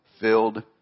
filled